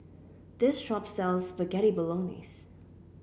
this shop sells Spaghetti Bolognese